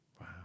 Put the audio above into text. Wow